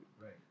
Right